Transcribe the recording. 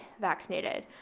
vaccinated